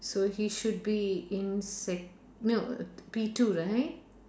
so he should be in sec no P two right